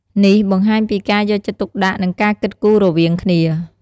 នេះបង្ហាញពីការយកចិត្តទុកដាក់ និងការគិតគូររវាងគ្នា។